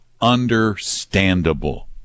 understandable